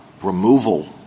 removal